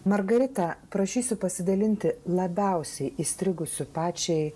margarita prašysiu pasidalinti labiausiai įstrigusiu pačiai